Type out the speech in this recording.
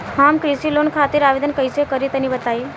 हम कृषि लोन खातिर आवेदन कइसे करि तनि बताई?